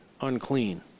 unclean